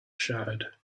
shattered